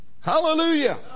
Hallelujah